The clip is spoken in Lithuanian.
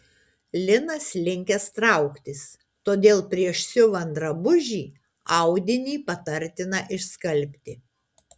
linas linkęs trauktis todėl prieš siuvant drabužį audinį patartina išskalbti